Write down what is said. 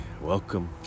Welcome